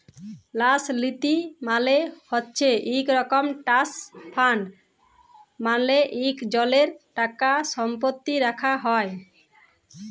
ল্যাস লীতি মালে হছে ইক রকম ট্রাস্ট ফাল্ড মালে ইকজলের টাকাসম্পত্তি রাখ্যা হ্যয়